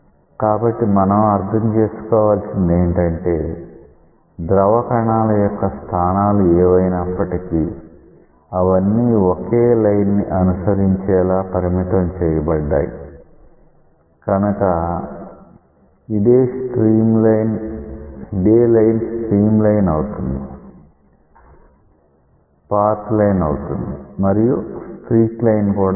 కాబట్టి మనం అర్ధం చేసుకోవలసింది ఏంటంటే ద్రవ కణాల యొక్క స్థానాలు ఏవైనప్పటికీ అవన్నీ ఒకే లైన్ ని అనుసరించేలా పరిమితం చెయ్యబడ్డాయి కనుక ఇదే లైన్ స్ట్రీమ్ లైన్ అవుతుంది పాత్ లైన్ అవుతుంది మరియు స్ట్రీక్ లైన్ కూడా అవుతుంది